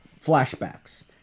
flashbacks